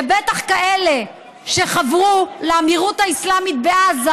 ובטח כאלה שחברו לאמירוּת האסלאמית בעזה,